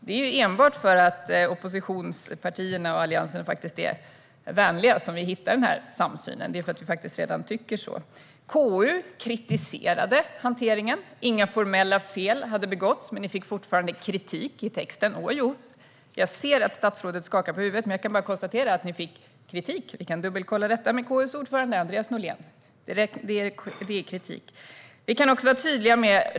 Det är enbart tack vare att oppositionspartierna och Alliansen är vänliga som vi hittar denna samsyn. Det är för att vi faktiskt redan tycker så. KU kritiserade hanteringen. Inga formella fel hade begåtts, men ni fick fortfarande kritik i texten. Åjo! Jag ser att statsrådet skakar på huvudet, men jag kan konstatera att ni fick kritik. Vi kan dubbelkolla detta med KU:s ordförande Andreas Norlén - ni fick kritik.